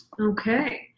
Okay